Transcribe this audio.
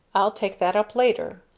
i'll take that up later.